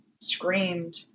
screamed